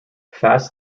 fast